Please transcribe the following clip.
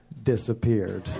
disappeared